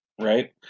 right